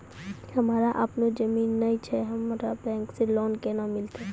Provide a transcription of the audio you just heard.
हमरा आपनौ जमीन नैय छै हमरा बैंक से लोन केना मिलतै?